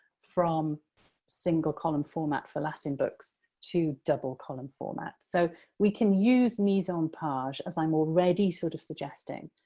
from single-column format for latin books to double-column format. so we can use mise-en-page, as i'm already sort of suggesting,